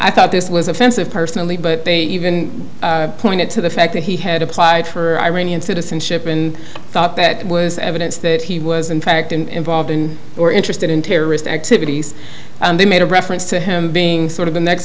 i thought this was offensive personally but they even pointed to the fact that he had applied for iranian citizen ship in thought that it was evidence that he was in fact in or interested in terrorist activities and they made a reference to him being sort of the next